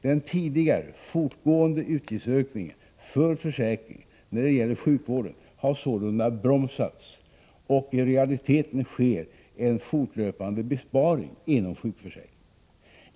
Den tidigare fortgående utgiftsökningen för försäkringen när det gäller sjukvården har sålunda bromsats, och i realiteten sker en fortlöpande besparing inom sjukförsäkringen.